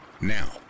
Now